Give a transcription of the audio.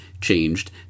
changed